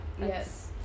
Yes